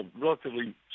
relatively